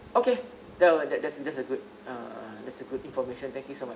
okay that'll that's a that's a good uh that's a good information thank you so much